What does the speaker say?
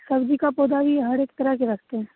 सर्दी का पौधा ही हरेक तरेह के रखते हैं